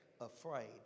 Afraid